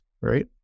right